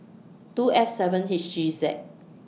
two F seven H G Z